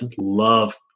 love